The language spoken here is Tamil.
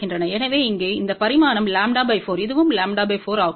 எனவே இங்கே இந்த பரிமாணம் λ 4 இதுவும் λ 4 ஆகும்